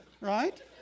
right